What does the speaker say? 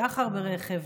סחר ברכב,